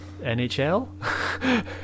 nhl